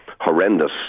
horrendous